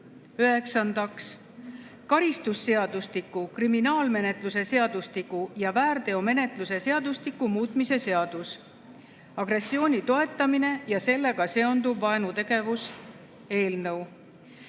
Üheksandaks, karistusseadustiku, kriminaalmenetluse seadustiku ja väärteomenetluse seadustiku muutmise seaduse (agressiooni toetamine ja sellega seonduv vaenutegevus) eelnõu.